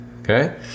okay